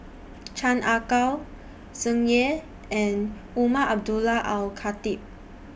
Chan Ah Kow Tsung Yeh and Umar Abdullah Al Khatib